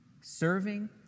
Serving